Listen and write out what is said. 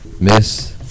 Miss